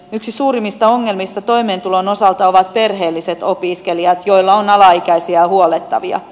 yksi suurimmista ongelmista toimeentulon osalta ovat perheelliset opiskelijat joilla on alaikäisiä huollettavia